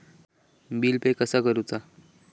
Bill pay कसा करुचा?